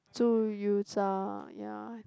猪油渣 ya